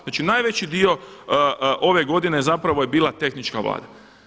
Znači najveći dio ove godine zapravo je bila tehnička vlada.